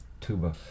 tuba